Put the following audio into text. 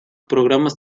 programas